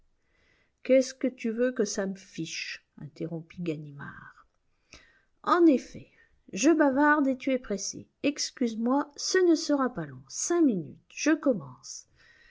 qu'est-ce que tu veux que ça me fiche interrompit ganimard en effet je bavarde et tu es pressé excuse-moi ce ne sera pas long cinq minutes je commence